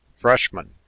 Freshman